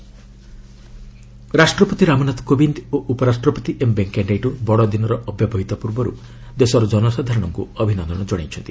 praise VP Christmas ରାଷ୍ଟ୍ରପତି ରାମନାଥ କୋବିନ୍ଦ ଓ ଉପରାଷ୍ଟ୍ରପତି ଏମ ଭେଙ୍କୟା ନାଇଡୁ ବଡଦିନର ଅବ୍ୟବହିତ ପୂର୍ବରୁ ଦେଶର ଜନସାଧାରଣଙ୍କୁ ଅଭିନନ୍ଦନ ଜଣାଇଛନ୍ତି